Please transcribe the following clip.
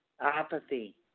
apathy